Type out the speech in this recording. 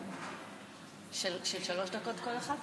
כלשונה: